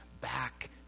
back